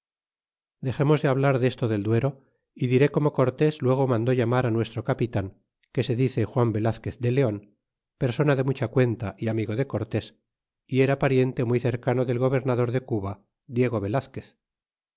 dexemos de hablar des to del duero y diré como cortés luego mandó llamar á un nuestro capitan que se dice juan velazquez de leon persona de mucha cuenta y amigo de cortés y era pariente muy cercano del gobernador de cuba diego velazquez